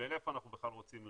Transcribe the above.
בין איפה אנחנו בכלל רוצים ללכת.